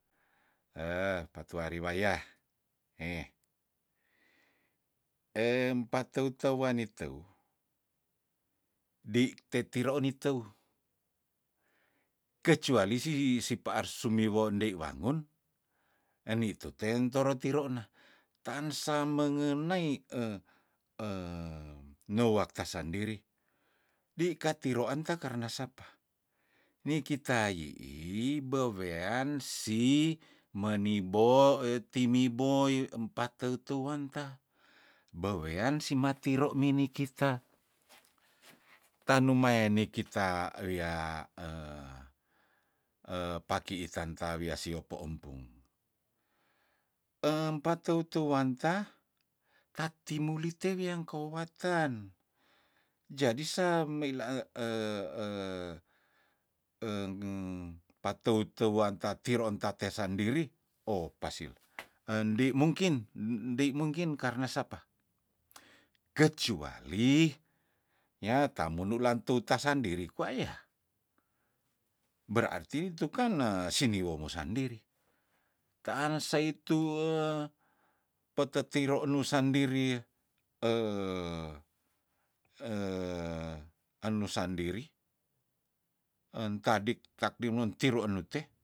patuari waya heh empatou touwan niteu dei tetiro niteu kecuali si sipaar sumiwon dei wangun enitute ntoro tiro na taan samengenei nuwak tasandiri dei kati roanta karna sapa nikita yiih bewean si menibo we timiboi empa teu teuanta bewean simatiro mini kita tanumae nikita wia pakii tanta wia siopo empung empa tou touanta tatimu lite winagkou watan jadi sam meila pateuteu anta tiroon tate sandiri oh pasil endi mungkin ndei mungkin karna sapa kecuali yah tamundulang tuatasandiri kwa yah berarti itu kane siniwo mosandiri taan seitu peteteiro nusandiri enusandiri entadik takdimentiru enute